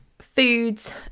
foods